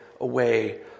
away